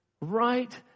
right